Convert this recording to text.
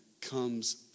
comes